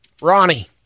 Ronnie